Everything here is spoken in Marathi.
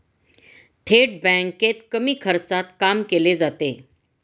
थेट बँकेत कमी खर्चात काम केले जाते